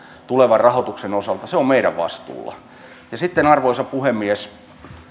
tulevan rahoituksen osalta se on meidän vastuullamme sitten arvoisa puhemies